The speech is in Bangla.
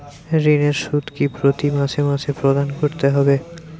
ঋণের সুদ কি প্রতি মাসে মাসে প্রদান করতে হবে?